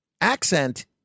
accent